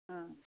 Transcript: ம்